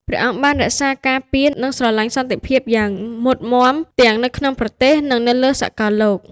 ព្រះអង្គបានរក្សាការពារ និងស្រឡាញ់សន្តិភាពយ៉ាងមុតមាំ ទាំងនៅក្នុងប្រទេស និងនៅលើសកលលោក។